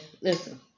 listen